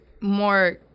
more